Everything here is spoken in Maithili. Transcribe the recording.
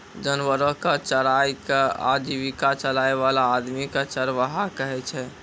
जानवरो कॅ चराय कॅ आजीविका चलाय वाला आदमी कॅ चरवाहा कहै छै